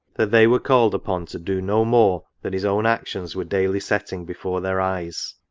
that they were called upon to do no more than his own actions were daily setting before their eyes.